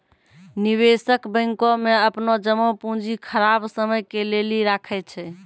निवेशक बैंको मे अपनो जमा पूंजी खराब समय के लेली राखै छै